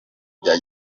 bya